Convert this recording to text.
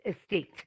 estate